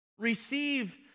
receive